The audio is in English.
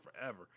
forever